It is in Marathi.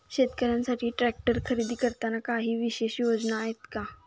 शेतकऱ्यांसाठी ट्रॅक्टर खरेदी करताना काही विशेष योजना आहेत का?